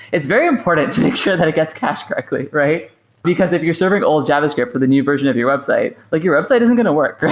it's very important to make sure that it gets cached correctly. because if you're serving old javascript for the new version of your website, like your website isn't going to work.